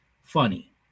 funny